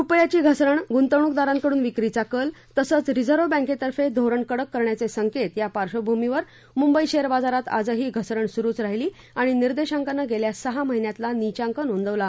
रुपयाची घसरण गुंतवणुकदारांकडून विक्रीचा कल तसंच रिझर्व बैंकेतफें धोरण कडक करण्याचे संकेत या पार्शभुमीवर मुंबई शेअर बाजारात आजही घसरण सुरुच राहीली आणि निर्देशांकानं गेल्या सहा महिन्यातला नीचांक नोंदवला